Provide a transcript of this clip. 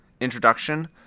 introduction